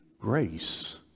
grace